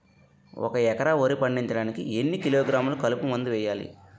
ఒక ఎకర వరి పండించటానికి ఎన్ని కిలోగ్రాములు కలుపు మందు వేయాలి?